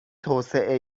توسعه